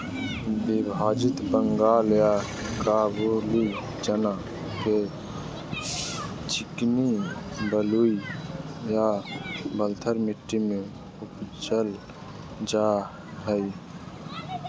विभाजित बंगाल या काबूली चना के चिकनी बलुई या बलथर मट्टी में उपजाल जाय हइ